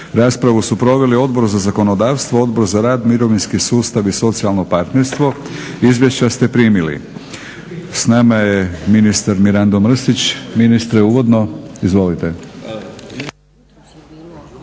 Raspravu su proveli Odbor za zakonodavstvo, Odbor za rad, mirovinski sustav i socijalno partnerstvo. Izvješća ste primili. S nama je ministar Mirando Mrsić. Ministre uvodno? Izvolite.